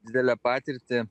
didelę patirtį